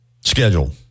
Schedule